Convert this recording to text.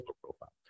profile